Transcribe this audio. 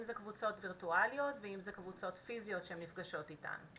אם זה קבוצות וירטואליות ואם זה קבוצות פיזיות שהן נפגשות איתן.